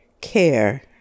care